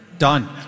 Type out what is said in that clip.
Done